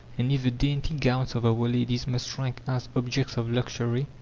and if the dainty gowns of our ladies must rank as objects of luxury,